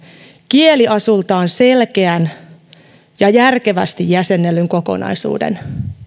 kieliasultaan sel keän ja järkevästi jäsennellyn kokonaisuuden niin